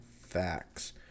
facts